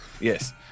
yes